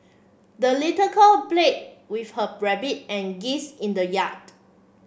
the little girl played with her rabbit and geese in the yard